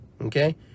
okay